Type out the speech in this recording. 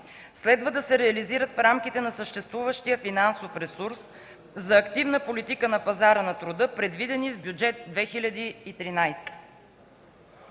следва да се реализират в рамките на съществуващия финансов ресурс за активна политика на пазара на труда, предвидени с Бюджет 2013.